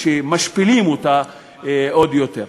כשמשפילים אותה עוד יותר?